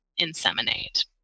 inseminate